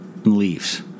leaves